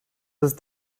ist